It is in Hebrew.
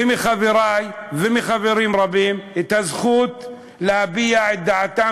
מחברי ומחברים רבים הזכות להביע את דעתם